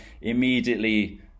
immediately